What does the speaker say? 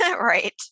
Right